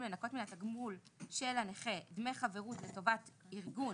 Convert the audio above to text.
לנכות מן התגמול של נכה דמי חברות לטובת ארגון,